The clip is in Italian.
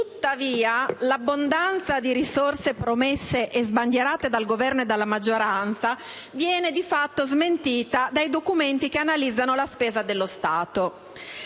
Tuttavia, l'abbondanza di risorse promesse e sbandierate dal Governo e dalla maggioranza viene di fatto smentita dai documenti che analizzano la spesa dello Stato.